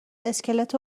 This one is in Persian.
اسکلت